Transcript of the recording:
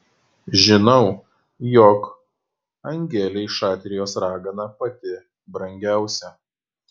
žinau jog angelei šatrijos ragana pati brangiausia